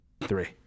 Three